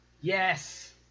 Yes